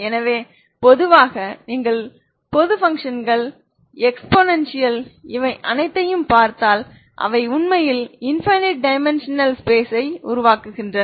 எனவே பொதுவாக நீங்கள் பொது பங்க்ஷன்கள் எக்ஸ்பொனென்டியல் இவை அனைத்தையும் பார்த்தால் அவை உண்மையில் இன்பைனைட் டைமென்ஷனல் ஸ்பேஸ் ஐ உருவாக்குகின்றன